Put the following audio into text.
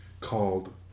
called